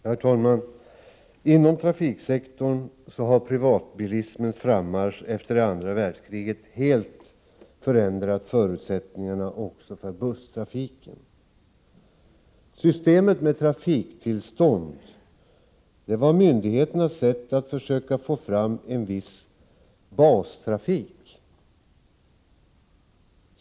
Herr talman! Inom trafiksektorn har privatbilismens frammarsch efter det andra världskriget helt förändrat förutsättningarna också för busstrafiken. Systemet med trafiktillstånd var myndigheternas sätt att försöka få fram en viss bastrafik.